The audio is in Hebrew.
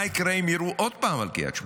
מה יקרה אם יירו עוד פעם על קריית שמונה?